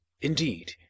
indeed